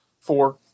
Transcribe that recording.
Four